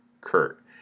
Kurt